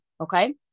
okay